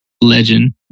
legend